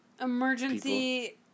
Emergency